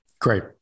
Great